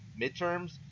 midterms